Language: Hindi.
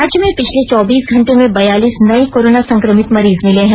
राज्य में पिछले चौबीस घंटे में बयालीस नये कोरोना संक्रमित मरीज मिले हैं